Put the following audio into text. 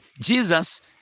Jesus